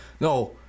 no